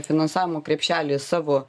finansavimo krepšelį savo